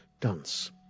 Dance